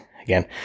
Again